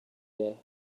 day